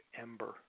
ember